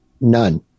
None